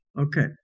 Okay